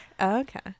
okay